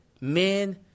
men